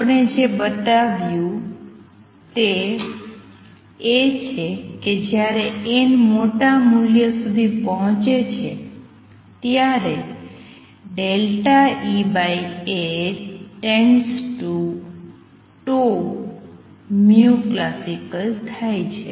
આપણે જે બતાવ્યું તે એ છે કે જ્યારે n મોટા મૂલ્ય સુધી પહોંચે છે ત્યારે Eh→τclasical થાય છે